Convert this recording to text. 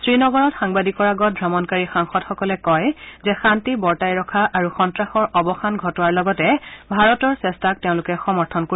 শ্ৰীনগৰত সাংবাদিকৰ আগত ভ্ৰমণকাৰী সাংসদসকলে কয় যে শান্তি বৰ্তাই ৰখা আৰু সন্তাসৰ অৱসান ঘটোৱাৰ লগতে ভাৰতৰ চেষ্টাক তেওঁলোকে সমৰ্থন কৰিব